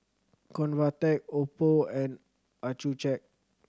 Convatec Oppo and Accucheck